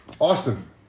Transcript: Austin